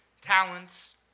talents